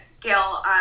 Gail